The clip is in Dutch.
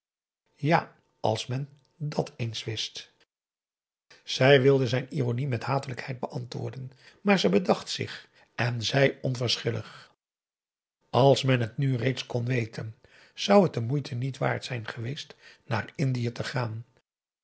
ja als men dàt eens wist zij wilde zijn ironie met hatelijkheid beantwoorden maar ze bedacht zich en zei onverschillig p a daum hoe hij raad van indië werd onder ps maurits als men het nu reeds kon weten zou het de moeite niet waard zijn geweest naar indië te gaan